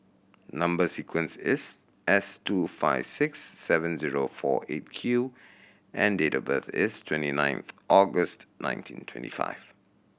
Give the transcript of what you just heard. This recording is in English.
number sequence is S two five six seven zero four Eight Q and date of birth is twenty ninth August nineteen twenty five